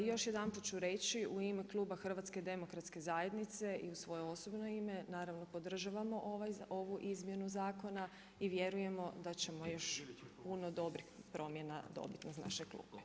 Još jedanput ću reći u ime kluba Hrvatske demokratske zajednice i u svoje osobno ime, naravno podržavamo ovu izmjenu zakona i vjerujemo da ćemo još puno dobrih promjena dobit na naše klupe.